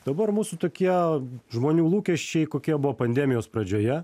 dabar mūsų tokie žmonių lūkesčiai kokie buvo pandemijos pradžioje